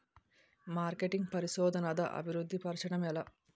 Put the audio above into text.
marketing పరిశోధనదా అభివృద్ధి పరచడం ఎలా